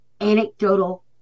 anecdotal